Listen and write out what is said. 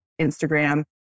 Instagram